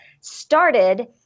started